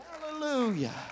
Hallelujah